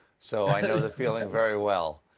so i know the feeling very well.